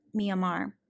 Myanmar